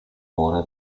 mura